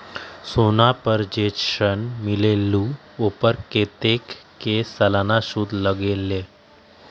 सोना पर जे ऋन मिलेलु ओपर कतेक के सालाना सुद लगेल?